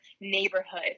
neighborhood